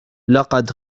لقد